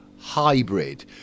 hybrid